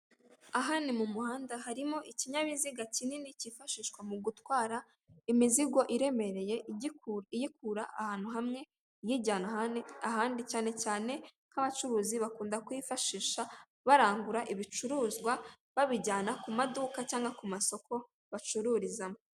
Aha ni mu muhanda, harimo ikinyabiziga kinini cyifashishwa mu gutwara imizigo iremereye, iyikura ahantu hamwe iyijyana ahandi. Cyane cyane nk'abacuruzi bakunda kuyifashisha barangura ibicuruzwa, babijyana ku maduka cyangwa ku masoko bacururizamo.